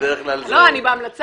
בדרך כלל זה --- לא, אני בהמלצה.